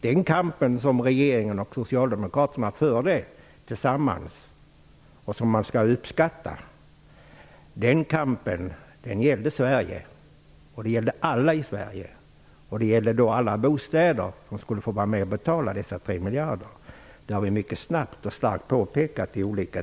Den kamp som regeringen och Socialdemokraterna tillsammans förde, vilken skall uppskattas, gällde Sverige och alla i Sverige. Det gällde också alla bostadsinnehavare som skulle få vara med och betala dessa 3 miljarder. Detta har vi vid olika tillfällen starkt understrukit.